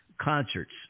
concerts